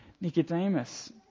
Nicodemus